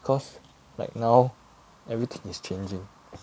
cause like now everything is changing